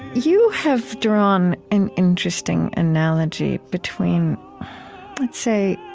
you have drawn an interesting analogy between, let's say,